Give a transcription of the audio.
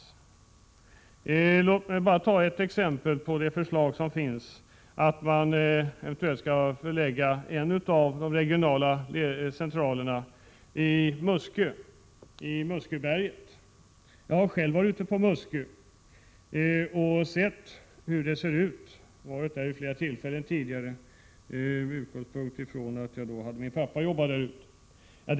Låt mig bara ta ett exempel, nämligen det förslag som finns att eventuellt förlägga en av de regionala centralerna till Musköberget. Jag har själv varit ute på Muskö vid flera tillfällen och sett hur det ser ut — eftersom min pappa jobbade där ute.